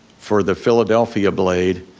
for the philadelphia blade,